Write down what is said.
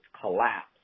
collapse